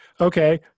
Okay